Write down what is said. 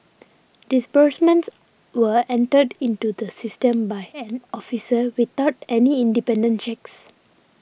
disbursements were entered into the system by an officer without any independent checks